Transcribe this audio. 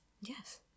Yes